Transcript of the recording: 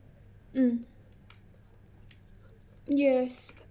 mm yes